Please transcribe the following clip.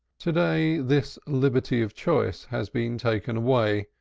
to-day this liberty of choice has been taken away,